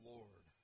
Lord